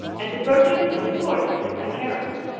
and to purchase the support of his adherents,